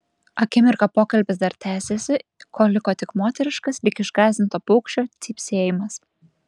akimirką pokalbis dar tęsėsi kol liko tik moteriškas lyg išgąsdinto paukščio cypsėjimas